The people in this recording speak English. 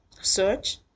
search